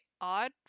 odd